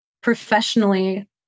professionally